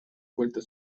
vueltas